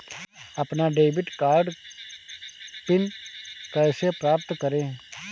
अपना debit card PIN कैसे प्राप्त करें?